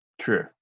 true